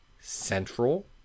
central